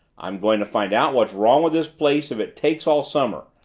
i'm going to find out what's wrong with this place if it takes all summer.